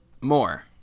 More